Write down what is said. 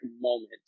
moment